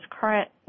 current